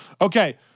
Okay